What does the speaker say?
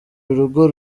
urugo